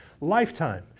lifetime